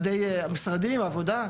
משרדים, מקומות עבודה.